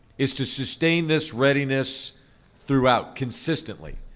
is to sustain this readiness throughout consistently.